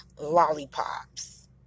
lollipops